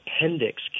appendix